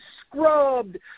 scrubbed